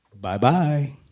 Bye-bye